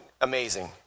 amazing